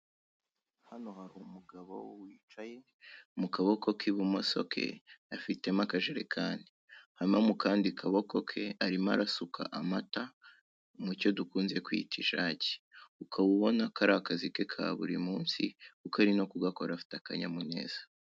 Hano hari umugabo wicaye mu kaboko k'ibumoso ke afitemo akajerekani, hama mu kandi kaboko ke arimo arasuka amata mu cyo dukunze kwita ijagi, ukaba ubona ko ari akazi ke ka buri munsi, kuko ari no kugakora afite akanyamuneza.